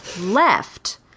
left